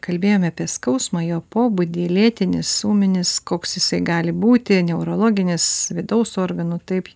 kalbėjome apie skausmą jo pobūdį lėtinis ūminis koks jisai gali būti neurologinis vidaus organų taip